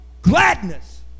Gladness